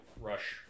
rush